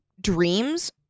dreams